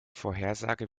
vorhersage